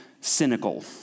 cynical